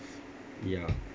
ya